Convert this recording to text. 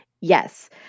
Yes